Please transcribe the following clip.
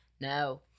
no